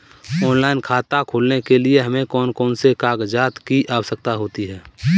Online खाता खोलने के लिए हमें कौन कौन से कागजात की आवश्यकता होती है?